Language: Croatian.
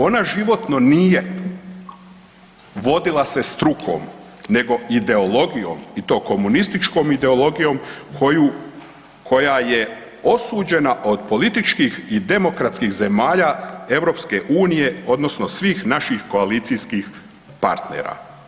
Ona životno nije vodila se strukom nego ideologijom i to komunističkom ideologijom koja je osuđena od političkih i demokratskih zemalja EU odnosno svih naših koalicijskih partnera.